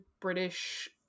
British